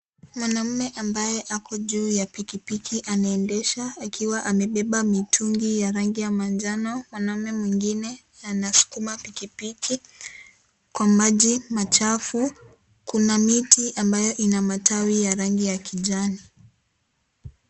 Mwanaume ambaye ako juu ya pikipiki anaendesha akiwa amebeba mitungi ya rangi ya manjano, mwanaume mwingine anaskuma pikipiki kwa maji machafu, kuna miti ambayo ina matawi ya rangi ya kijani.